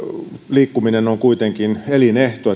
liikkuminen on kuitenkin elinehto